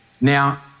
Now